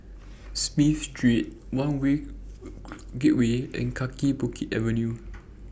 Smith Street one North Gateway and Kaki Bukit Avenue